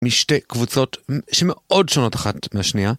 משתי קבוצות שמאוד שונות אחת מהשנייה.